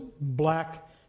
black